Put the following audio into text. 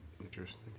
Interesting